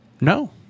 No